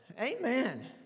Amen